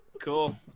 cool